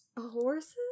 Horses